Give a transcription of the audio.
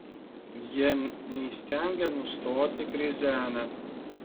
jie neįstengia nustoti krizenę